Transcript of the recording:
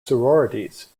sororities